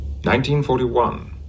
1941